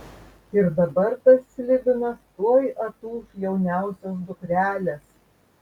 ir dabar tas slibinas tuoj atūš jauniausios dukrelės